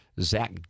Zach